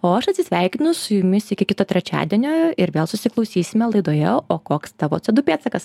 o aš atsisveikinu su jumis iki kito trečiadienio ir vėl susiklausysime laidoje o koks tavo co du pėdsakas